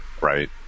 right